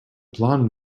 blonde